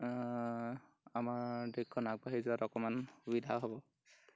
আমাৰ দেশখন আগবাঢ়ি যোৱাত অকণমান সুবিধা হ'ব